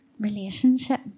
Relationship